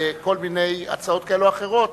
בכל מיני הצעות כאלה ואחרות,